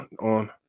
on